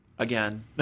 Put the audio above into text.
again